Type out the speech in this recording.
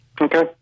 Okay